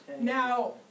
Now